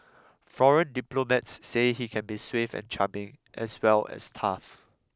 foreign diplomats say he can be suave and charming as well as tough